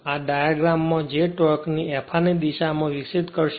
અને આ ડાયાગ્રામ માં જે ટોર્કને f r ની દિશામાં વિકસિત કરશે